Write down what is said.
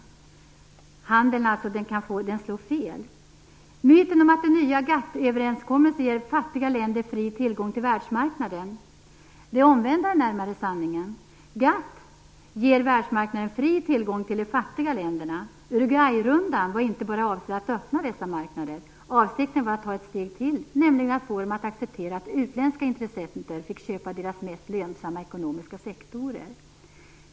Handeln slår alltså fel. Det gäller myten om att den nya GATT överenskommelsen ger fattiga länder fri tillgång till världsmarknaden. Det omvända är närmare sanningen: GATT ger världsmarknaden fri tillgång till de fattiga länderna. Uruguayrundan var inte bara avsedd att öppna dessa marknader. Avsikten var nämligen att ta ett steg till och få dem att acceptera att utländska intressenter fick köpa deras mest lönsamma ekonomiska sektorer.